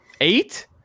eight